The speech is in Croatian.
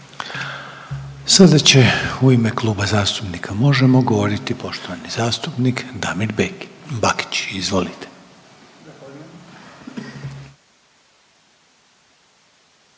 Sada će u ime Kluba zastupnika SDSS-a govoriti poštovani zastupnik Milorad Pupovac, izvolite.